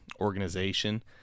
organization